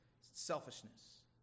selfishness